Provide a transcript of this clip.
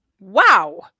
wow